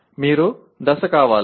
మీరు దశ కావాలి